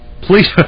please